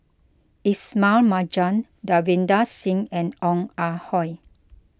Ismail Marjan Davinder Singh and Ong Ah Hoi